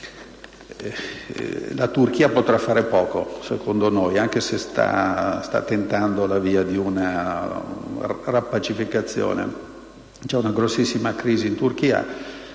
La Turchia potrà fare poco, secondo noi, anche se sta tentando la via di una riappacificazione. C'è una gravissima crisi in Turchia